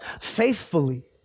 faithfully